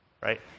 right